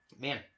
Man